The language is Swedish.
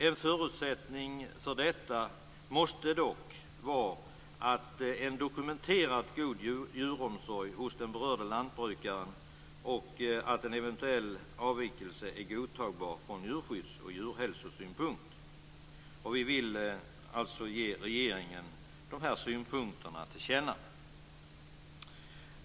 En förutsättning för detta måste dock vara en dokumenterat god djuromsorg hos den berörda lantbrukaren och att en eventuell avvikelse är godtagbar från djurskydds och djurhälsosynpunkt. Vi vill alltså ge regeringen de här synpunkterna till känna.